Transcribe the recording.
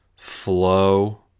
flow